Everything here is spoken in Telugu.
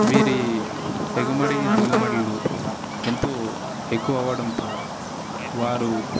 వీరి ఎగుమడి దిగుమడులు ఎంతో ఎక్కువ అవ్వడంతో వారు